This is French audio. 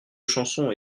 chansons